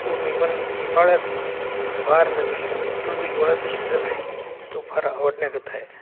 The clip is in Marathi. पूर्ण इवन हिवाळ्यात फार म्हणजे सीझन तो जो हिवाळ्याचा सीझन आहे तो फार आवडण्यात आहे